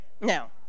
Now